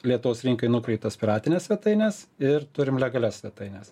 lietuvos rinkai nukreiptas piratines svetaines ir turim legalias svetaines